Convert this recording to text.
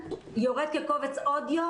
עם כל זה,